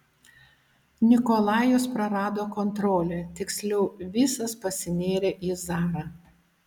nikolajus prarado kontrolę tiksliau visas pasinėrė į zarą